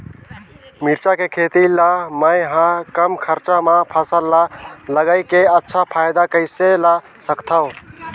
मिरचा के खेती ला मै ह कम खरचा मा फसल ला लगई के अच्छा फायदा कइसे ला सकथव?